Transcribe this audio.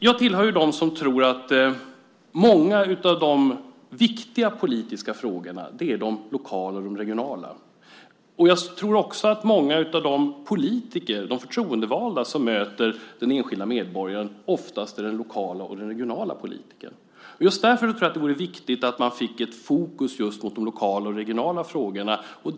Jag tillhör dem som tror att många av de viktiga politiska frågorna är de lokala och regionala. Jag tror också att många av de politiker, de förtroendevalda som möter den enskilda medborgaren oftast är den lokala och den regionala politikern. Just därför tror jag att det vore viktigt att man fick ett fokus just mot de lokala och regionala frågorna.